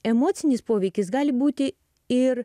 emocinis poveikis gali būti ir